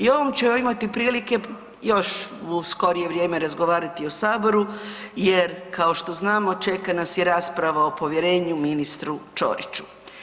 I o ovom ćemo imati prilike još u skorije vrijeme razgovarati u saboru jer kao što znamo čeka nas i rasprava o povjerenju ministru Ćoriću.